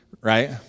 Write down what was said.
right